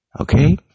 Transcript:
Okay